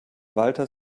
walter